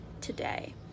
today